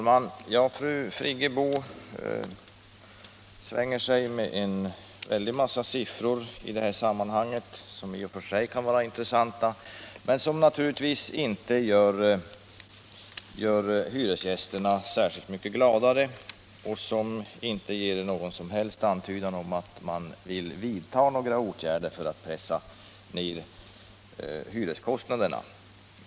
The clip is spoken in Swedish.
Herr talman! Fru Friggebo svänger sig med en massa siffror i detta sammanhang. Dessa kan i och för sig vara intressanta men de gör inte hyresgästerna särskilt mycket gladare och de ger inte heller någon som helst antydan om att man ämnar vidta några åtgärder för att pressa ned hyreskostnaderna.